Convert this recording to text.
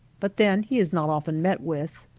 but then he is not often met with.